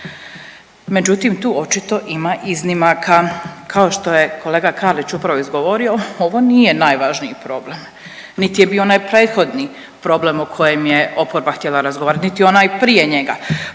Međutim, tu očito ima iznimaka, kao što je kolega Karlić upravo izgovorio. Ovo nije najvažniji problem niti je bio onaj prethodni problem o kojem je oporba htjela razgovarati niti onaj prije njega,